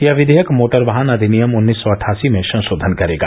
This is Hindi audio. यह विधेयक मोटरवाहन अधिनियम उन्नीस सौ अट्ठासी में संशोधन करेगा